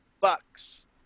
bucks